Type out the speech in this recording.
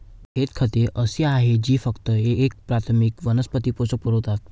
थेट खते अशी आहेत जी फक्त एक प्राथमिक वनस्पती पोषक पुरवतात